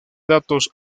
datos